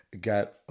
got